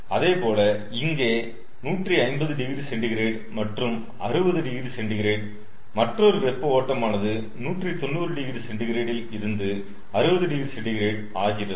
அதேபோல இங்கே 150oC மற்றும் 60oC மற்றொரு வெப்ப ஓட்டமானது 190oC ல் இருந்து 60oC ஆகிறது